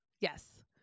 Yes